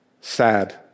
sad